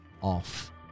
off